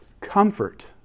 Comfort